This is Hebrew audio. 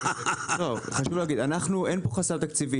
לא, חשוב להגיד, אין פה חסם תקציבי.